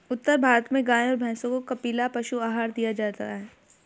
उत्तर भारत में गाय और भैंसों को कपिला पशु आहार दिया जाता है